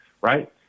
right